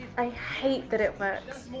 i hate that it works.